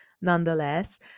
nonetheless